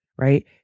Right